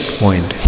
point